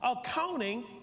Accounting